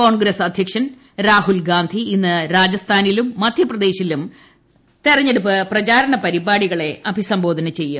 കോൺഗ്രസ് അധ്യക്ഷൻ രാഹുൽഗാന്ധി ഇന്ന് രാജസ്ഥാനിലും മധ്യപ്രദേശിലും തിരഞ്ഞെടുപ്പ് പ്രചാരണ പരിപാടികളെ അഭിസംബോധന ചെയ്യും